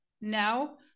now